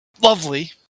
lovely